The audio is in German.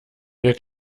wir